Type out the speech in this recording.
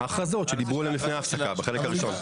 ההכרזות שדיברו עליהן לפני ההפסקה, בחלק הראשון.